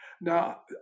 Now